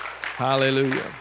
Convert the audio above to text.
Hallelujah